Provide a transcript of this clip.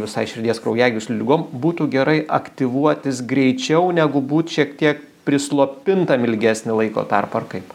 visai širdies kraujagyslių ligom būtų gerai aktyvuotis greičiau negu būt šiek tiek prislopintam ilgesnį laiko tarpą ar kaip